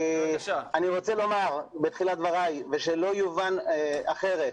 חד משמעית ושלא יובן אחרת